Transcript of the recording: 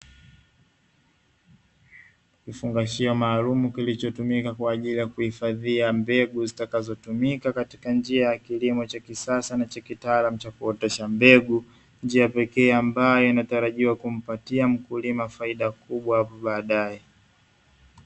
Vifungashio maalumu kilichotumika kwa ajili ya kuhifadhia mbegu zitakazotumika katika njia ya kilimo cha kisasa na cha kitaalamu cha kuotesha mbegu, njia pekee ambayo inatarajiwa kumpatia mkulima faida kubwa baadaye.